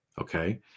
Okay